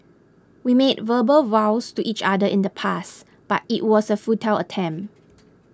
we made verbal vows to each other in the past but it was a futile attempt